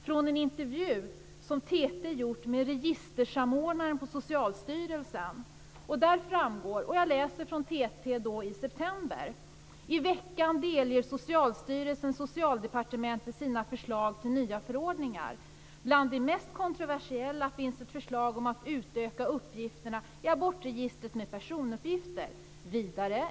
TT gjorde i september en intervju med registersamordnaren på Socialstyrelsen. Det står så här: "I veckan delger Socialstyrelsen Bland de mest kontroversiella finns ett förslag om att utöka uppgifterna i abortregistret med personuppgifter."